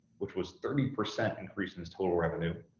which was thirty percent increase in his total revenue,